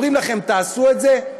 אומרים להם: תעשו את זה,